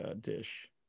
dish